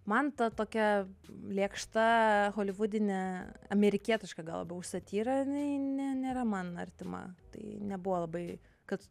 man ta tokia lėkšta holivudinė amerikietiška gal labiau satyra jinai ne nėra man artima tai nebuvo labai kad